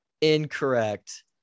incorrect